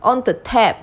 on the tap